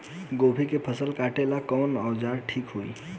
गोभी के फसल काटेला कवन औजार ठीक होई?